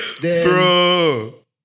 Bro